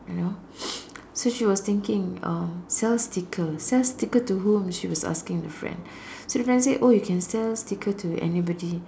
you know so she was thinking uh sell sticker sell sticker to whom she was asking her friend so the friend say oh you can sell sticker to anybody